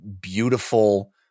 beautiful